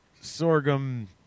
sorghum